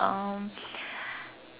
um